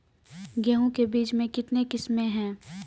गेहूँ के बीज के कितने किसमें है?